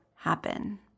happen